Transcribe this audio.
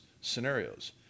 scenarios